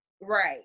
Right